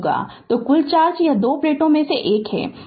तो कुल चार्ज यह दो प्लेटों में से एक है